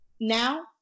now